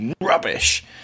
rubbish